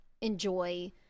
enjoy